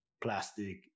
Plastic